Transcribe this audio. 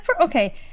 okay